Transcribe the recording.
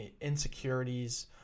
insecurities